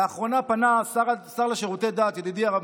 לאחרונה פנה השר לשירותי דת ידידי הרב